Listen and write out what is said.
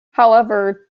however